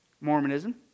Mormonism